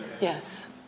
Yes